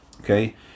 okay